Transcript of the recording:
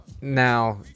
Now